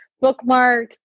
bookmark